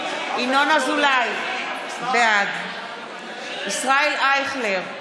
בעד ישראל אייכלר,